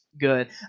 good